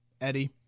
Eddie